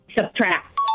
Subtract